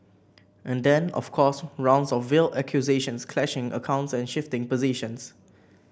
and then of course rounds of veiled accusations clashing accounts and shifting positions